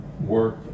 work